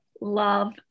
love